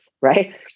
right